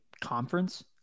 conference